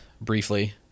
briefly